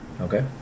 Okay